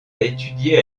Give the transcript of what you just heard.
étudié